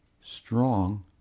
strong